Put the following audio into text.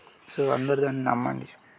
so అందరు దాన్ని నమ్మండి